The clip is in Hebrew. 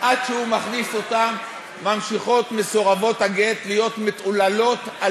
עד שהוא מכניס אותם ממשיכות מסורבות הגט להיות "מתעוללות" על-ידם.